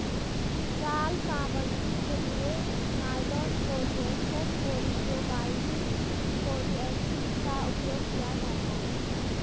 जाल सामग्री के लिए नायलॉन, पॉलिएस्टर, पॉलीप्रोपाइलीन, पॉलीएथिलीन का उपयोग किया जाता है